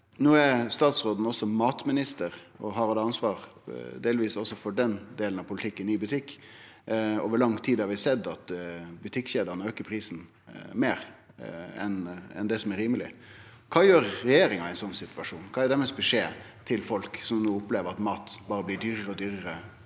Statsråden er også matminister og har delvis eit ansvar for den delen av politikken – i butikk. Over lang tid har vi sett at butikkjedene aukar prisen meir enn det som er rimeleg. Kva gjer regjeringa i ein sånn situasjon? Kva er beskjeden til folk som no opplever at mat berre blir dyrare og dyrare